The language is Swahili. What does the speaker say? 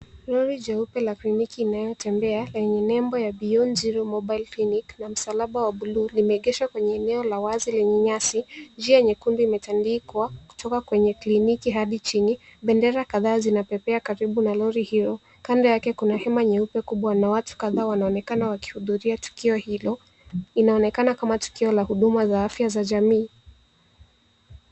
Lori jeupe la kliniki inayotembea lenye nembo ya Beyond Zero Mobile Clinic na msalaba wa blue limeegeshwa kwenye eneo la wazi lenye nyasi. Njia nyekundu imetandikwa kutoka kwenye kliniki hadi chini. Bendera kadhaa zinapepea karibu na lori hiyo. Kando yake kuna hema leupe na watu kadhaa wanaonekana wakihudhuria tukio hilo. Inaonekana kama tukio la huduma za afya za jamii.